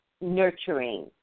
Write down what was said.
nurturing